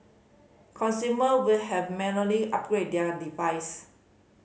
consumer will have manually upgrade their device